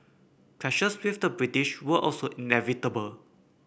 clashes with the British were also inevitable